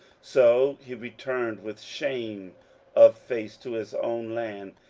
so he returned with shame of face to his own land.